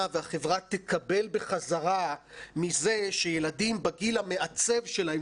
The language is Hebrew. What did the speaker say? והחברה תקבל בחזרה מזה שילדים בגיל המעצב שלהם,